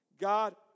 God